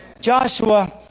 Joshua